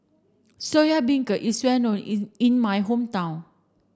Soya Beancurd is well known in in my hometown